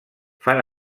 fan